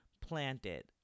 planted